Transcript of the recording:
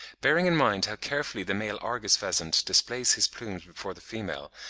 bearing in mind how carefully the male argus pheasant displays his plumes before the female,